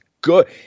good